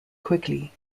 quickly